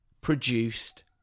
produced